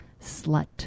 slut